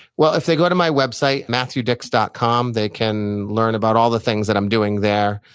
well, if they go to my website, matthewdicks dot com, they can learn about all the things that i'm doing there.